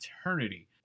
eternity